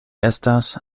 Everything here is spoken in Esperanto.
estas